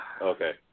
Okay